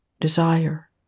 desire